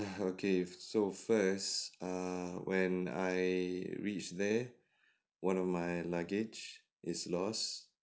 okay so first err when I reached there one of my luggage is lost